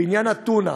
בעניין הטונה,